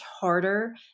harder